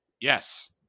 Yes